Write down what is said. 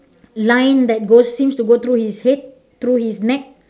line that goes seems to go through his head through his neck